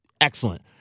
excellent